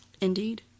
Indeed